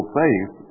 faith